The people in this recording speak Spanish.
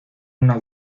una